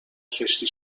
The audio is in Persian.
کشتی